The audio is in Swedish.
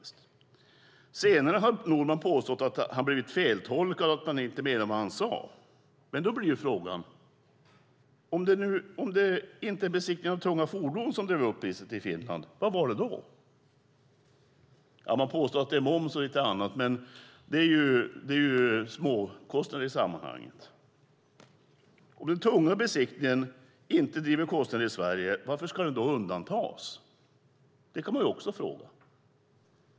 Senare har Norman påstått att han blivit feltolkad och att han inte menade det han sa. Men då blir frågan: Om det inte är besiktningen av tunga fordon som drev upp priset i Finland, vad var det då? Man påstår att det var moms och lite annat, men det är småkostnader i sammanhanget. Om besiktningen av tunga fordon inte driver upp kostnaderna i Sverige, varför ska den då undantas? Det kan man fråga sig.